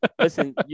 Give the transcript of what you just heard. listen